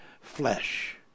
flesh